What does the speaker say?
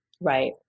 Right